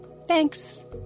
Thanks